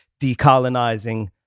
decolonizing